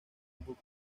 book